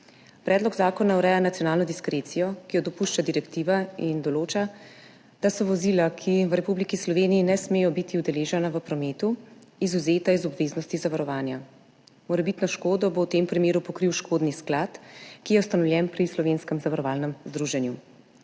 Predlog zakona ureja nacionalno diskrecijo, ki jo dopušča direktiva in določa, da so vozila, ki v Republiki Sloveniji ne smejo biti udeležena v prometu, izvzeta iz obveznosti zavarovanja. Morebitno škodo bo v tem primeru pokril škodni sklad, ki je ustanovljen pri Slovenskem zavarovalnem združenju.